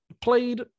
played